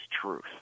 truth